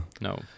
No